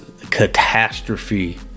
catastrophe